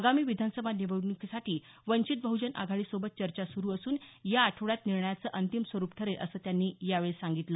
आगामी विधानसभा निवडणुकीसाठी वंचित बहुजन आघाडी सोबत चर्चा सुरु असून या आठवड्यात निर्णयाचे अंतिम स्वरूप ठरेल असं त्यांनी यावेळी सांगितलं